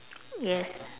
yes